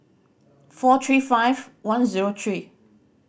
four three five one zero three